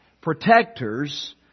Protectors